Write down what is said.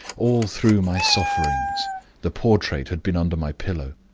all through my sufferings the portrait had been under my pillow.